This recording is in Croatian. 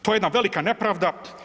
To je jedna velika nepravda.